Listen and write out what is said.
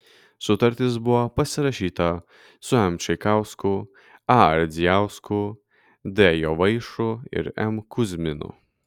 sutartis buvo pasirašyta su m čaikausku a ardzijausku d jovaišu ir m kuzminu